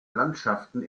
landschaften